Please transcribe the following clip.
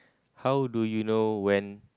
how do you know when